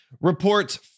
Reports